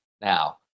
now